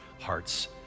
hearts